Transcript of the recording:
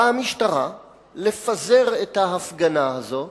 באה המשטרה לפזר את ההפגנה הזאת,